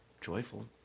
Joyful